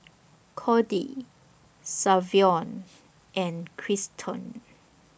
Codie Savion and Christel